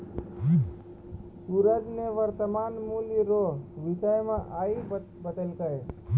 सूरज ने वर्तमान मूल्य रो विषय मे आइ बतैलकै